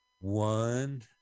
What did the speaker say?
one